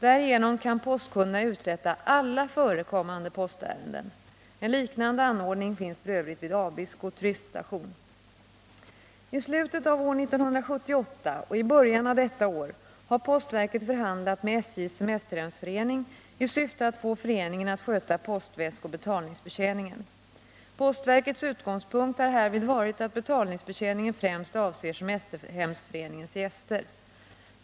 Därigenom kan postkunderna uträtta alla förekommande postärenden. En liknande anordning finns f. ö. vid Abisko turiststation. I slutet av år 1978 och i början av detta år har postverket förhandlat med SJ:s semesterhemsförening i syfte att få föreningen att sköta postväskoch betalningsbetjäningen. Postverkets utgångspunkt har härvid varit att betalningsbetjäningen främst avser semesterhemsföreningens gäster.